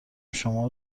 شما